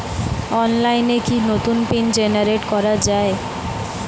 অনলাইনে কি নতুন পিন জেনারেট করা যায়?